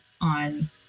on